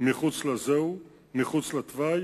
מחוץ לתוואי,